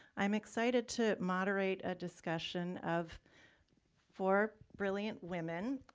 i'm excited to moderate a discussion of four brilliant women.